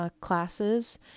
classes